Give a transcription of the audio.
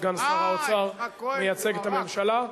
סגן שר האוצר מייצג את הממשלה,